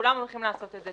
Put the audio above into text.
כולם הולכים לעשות את זה,